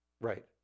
Right